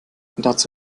dazu